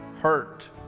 Hurt